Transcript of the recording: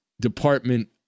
Department